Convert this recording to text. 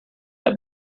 that